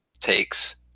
takes